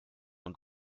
und